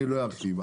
לא ארחיב.